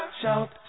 shout